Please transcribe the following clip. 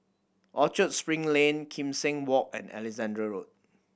Orchard Spring Lane Kim Seng Walk and Alexandra Road